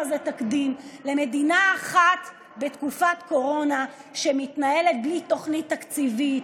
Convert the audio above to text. למדינה אחת בתקופת קורונה שמתנהלת בלי תוכנית תקציבית,